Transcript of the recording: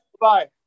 Bye